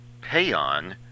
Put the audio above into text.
Payon